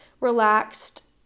relaxed